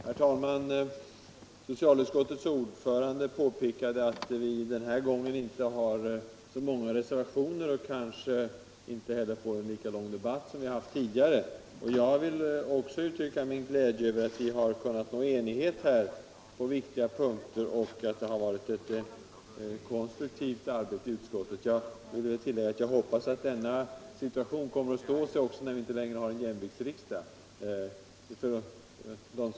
Herr talman! Socialutskottets ordförande sade att vi den här gången inte har så många reservationer och att vi därför kanske inte heller får "en lika lång debatt som vi har haft tidigare. Jag vill också uttrycka min glädje över att vi har kunnat uppnå enighet på viktiga punkter och intyga att vi har haft ett konstruktivt arbete i utskottet. Jag hoppas bara att den enigheten kommer att bestå inom socialutskottet också i framtiden, när vi inte längre har en jämviktsriksdag.